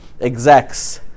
execs